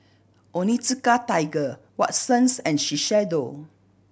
Onitsuka Tiger Watsons and Shiseido